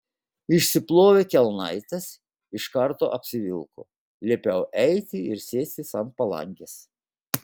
išsiplovė kelnaites iš karto apsivilko liepiau eiti ir sėstis ant palangės